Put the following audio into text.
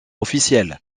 officielle